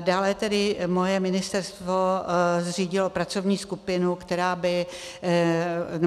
Dále tedy moje ministerstvo zřídilo pracovní skupinu,